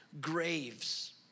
graves